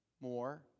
more